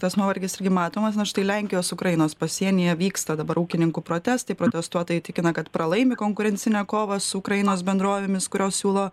tas nuovargis irgi matomas na štai lenkijos ukrainos pasienyje vyksta dabar ūkininkų protestai protestuotojai tikina kad pralaimi konkurencinę kovą su ukrainos bendrovėmis kurios siūlo